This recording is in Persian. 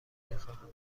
میخواهم